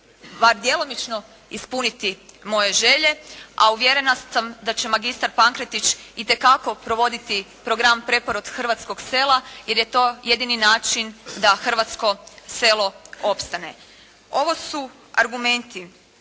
bar djelomično ispuniti moje ćelje. A uvjerena sam da će magistar Pankretić itekako provoditi program "Preporod hrvatskog sela" jer je to jedini način da hrvatsko selo opstane. Ovo su argumenti